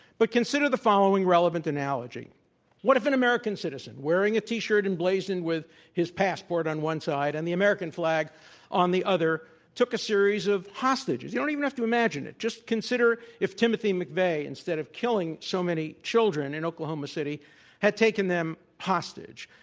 but consider the following relevant analogy what if an american citizen wearing a t-shirt emblazoned with his passport on one side and the american flag on the other took a series of hostages? you don't even have to imagine it. just consider if timothy mcveigh instead of killing so many children in oklahoma city had taken them hostage,